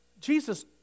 Jesus